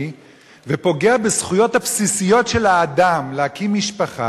ופוגע בזכויות הבסיסיות של האדם להקים משפחה,